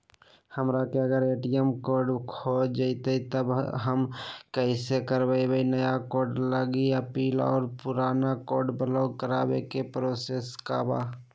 हमरा से अगर ए.टी.एम कार्ड खो जतई तब हम कईसे करवाई नया कार्ड लागी अपील और पुराना कार्ड ब्लॉक करावे के प्रोसेस का बा?